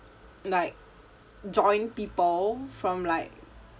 like join people from like